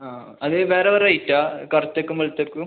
ആ അത് വേറെ വേറെ റേറ്റാ കറുത്തക്കും വെളുത്തക്കും